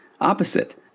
opposite